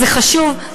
זה חשוב.